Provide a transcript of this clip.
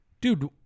Dude